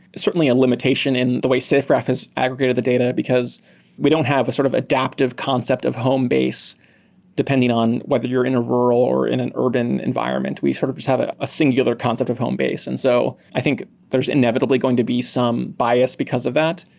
certainly, a limitation in the way safegraph has aggregated the data, because we don't have a sort of adaptive concept of home base depending on whether you're in a rural or in an urban environment. we sort of just have a a singular concept of home base. and so i think there's inevitably going to be some bias because of that.